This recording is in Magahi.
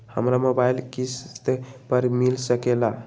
हमरा मोबाइल किस्त पर मिल सकेला?